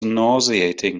nauseating